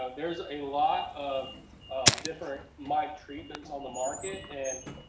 there's a lot of different mite treatments on the market and